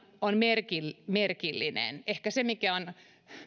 on merkillinen merkillinen ehkä se mikä on